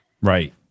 Right